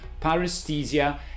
paresthesia